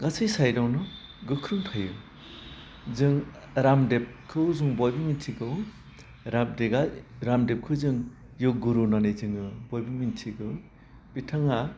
गासै साइटआवनो गोख्रों थायो जों रामदेबखौ जों बयबो मिथिगौ रामदेबा रामदेबखौ जों य'ग गुरु होनानै जोङो बयबो मिथिगौ बिथाङा